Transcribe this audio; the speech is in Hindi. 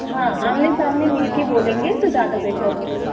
हाँ आमने सामने मिलकर बोलेंगे तो ज़्यादा बेटर हूँ मैं